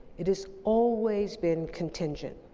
it is always been contingent.